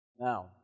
Now